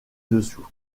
dessous